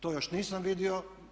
To još nisam vidio.